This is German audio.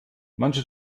manche